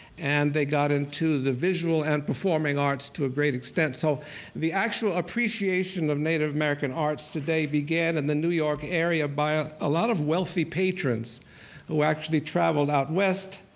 and they got into the visual and performing arts to a great extent. so the actual appreciation of native american arts today began in and the new york area by ah a lot of wealthy patrons who actually traveled out west,